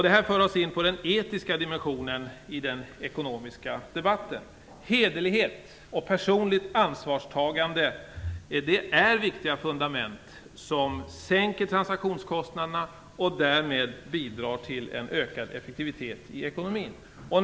Det här för oss in på den etiska dimensionen i den ekonomiska debatten. Hederlighet och personligt ansvarstagande är viktiga fundament, som sänker transaktionskostnaderna och därmed bidrar till en ökad effektivitet i ekonomin.